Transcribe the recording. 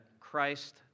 Christ